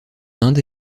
inde